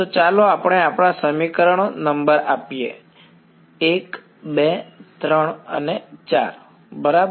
તો ચાલો આપણા સમીકરણો નંબર આપીએ 1 2 3 4 બરાબર